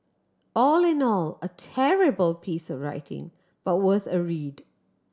all in all a terrible piece of writing but worth a read